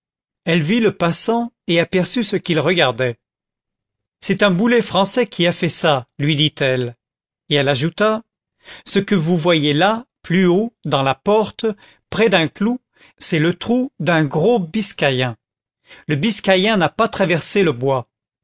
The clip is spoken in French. elle vit le passant et aperçut ce qu'il regardait c'est un boulet français qui a fait ça lui dit-elle et elle ajouta ce que vous voyez là plus haut dans la porte près d'un clou c'est le trou d'un gros biscayen le biscayen n'a pas traversé le bois